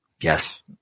Yes